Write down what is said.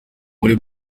muri